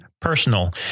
personal